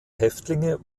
häftlinge